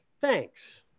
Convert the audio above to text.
Thanks